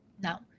Now